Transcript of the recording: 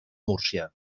múrcia